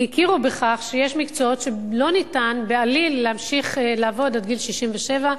כי הכירו בכך שיש מקצועות שלא ניתן בעליל להמשיך לעבוד בהם עד גיל 67,